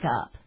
up